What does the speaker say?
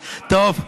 חקירה,